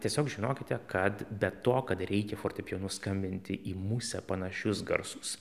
tiesiog žinokite kad be to kad reikia fortepijonu skambinti į musę panašius garsus